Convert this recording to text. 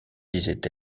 disait